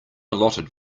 allotted